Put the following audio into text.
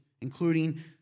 including